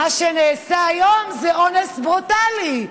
מה שנעשה היום זה אונס ברוטלי?